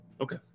Okay